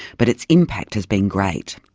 but its impact has been great.